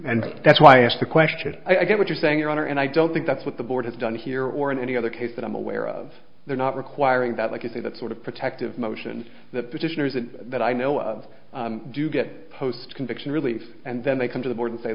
and that's why i asked the question i get what you're saying your honor and i don't think that's what the board has done here or in any other case that i'm aware of they're not requiring that likely that sort of protective motion that petitioners that i know of do get post conviction relief and then they come to the board and say